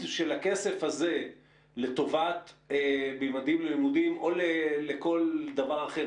הייעוד של הכסף הזה לטובת "ממדים ללימודים" או לכל דבר אחר,